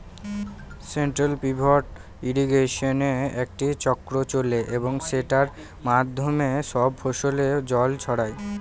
central pivot ইর্রিগেশনে একটি চক্র চলে এবং সেটার মাধ্যমে সব ফসলে জল ছড়ায়